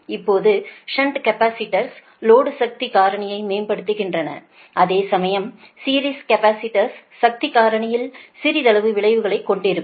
இப்போது shunt capacitors load சக்தி காரணியை மேம்படுத்துகின்றன அதேசமயம் சீரிஸ் கேபஸிடர்ஸ் சக்தி காரணியில் சிறிதளவு விளைவைக் கொண்டிருக்கிறது